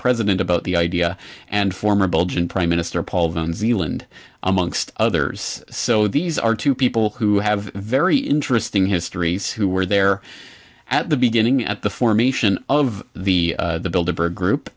president about the idea and former belgian prime minister paul van zealand amongst others so these are two people who have very interesting histories who were there at the beginning at the formation of the build a bird group